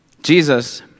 Jesus